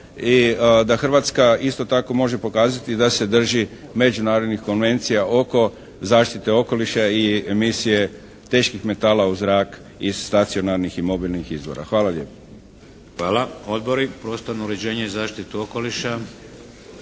Hrvatska isto tako može pokazati da se drži međunarodnih konvencija oko zaštite okoliša i emisije teških metala u zrak iz stacionarnih i mobilnih izvora. Hvala lijepa. **Šeks, Vladimir (HDZ)** Hvala. Odbori, prostorno uređenje, zaštitu okoliša,